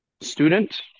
student